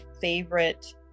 favorite